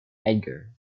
edgar